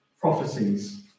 prophecies